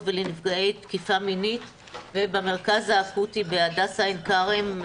ונפגעי תקיפה מינית ובמרכז האקוטי בהדסה עין כרם,